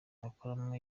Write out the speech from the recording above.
akoramo